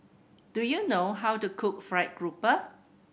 do you know how to cook fried grouper